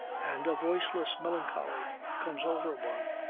and a voiceless melancholy comes over one,